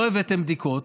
לא הבאתם בדיקות,